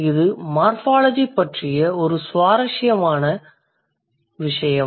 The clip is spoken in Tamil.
இது மார்ஃபாலஜி பற்றிய ஒரு சுவாரஸ்யமான விசயம்